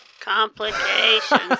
Complications